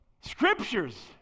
scriptures